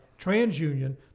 TransUnion